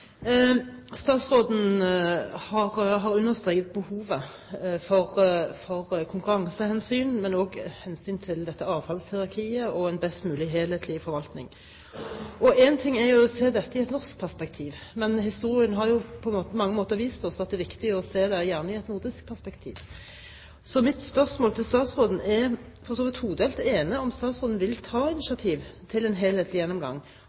å se dette i et norsk perspektiv, men historien har på mange måter vist oss at det er viktig å se det gjerne i et nordisk perspektiv. Så mitt spørsmål til statsråden er for så vidt todelt. Det ene er om statsråden vil ta initiativ til en helhetlig gjennomgang.